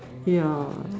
ya